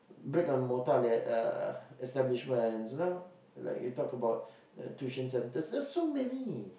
brick and mortar la~ uh establishment you know like you talk about uh tuition centers there's so many